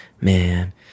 man